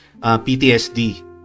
PTSD